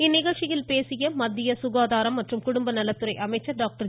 இந்நிகழ்ச்சியில் பேசிய மத்திய சுகாதாரம் மற்றும் குடும்பநலத்துறை அமைச்சர் டாக்டர்